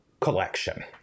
collection